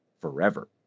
forever